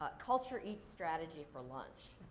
ah culture eats strategy for lunch.